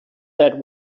that